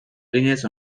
eginez